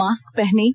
mask पहनें